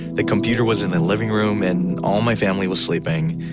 the computer was in the living room. and all my family was sleeping.